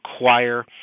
require